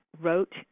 wrote